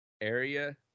area